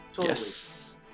Yes